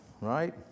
right